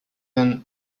den